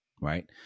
Right